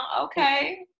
Okay